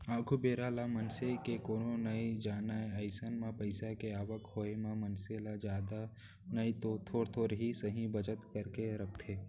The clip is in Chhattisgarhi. आघु बेरा ल मनसे के कोनो नइ जानय अइसन म पइसा के आवक होय म मनसे ह जादा नइतो थोर थोर ही सही बचत करके रखथे